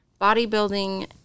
bodybuilding